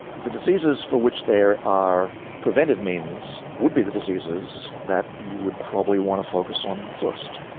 the diseases for which there are preventive means would be the diseases that you would probably want to focus on first.